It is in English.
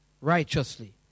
righteously